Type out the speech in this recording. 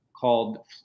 called